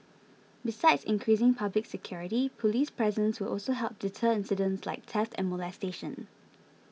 besides increasing public security police presence will also help deter incidents like theft and molestation